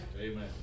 amen